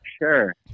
Sure